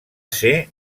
ser